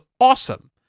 awesome